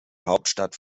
hauptstadt